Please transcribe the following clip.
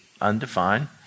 undefined